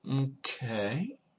okay